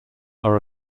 are